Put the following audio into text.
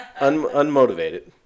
unmotivated